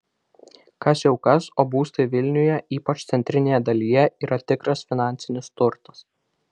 kas jau kas o būstai vilniuje ypač centrinėje dalyje yra tikras finansinis turtas